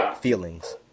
feelings